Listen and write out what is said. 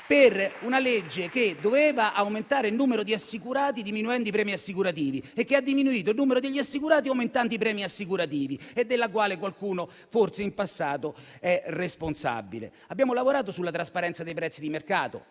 per una legge che doveva aumentare il numero di assicurati diminuendo i premi assicurativi e che, invece, ha diminuito il numero degli assicurati, aumentando i premi assicurativi e di questo forse qualcuno del passato è responsabile. Abbiamo lavorato sulla trasparenza dei prezzi di mercato.